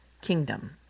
kingdom